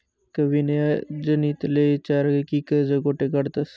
कविनी जतिनले ईचारं की कर्ज कोठे काढतंस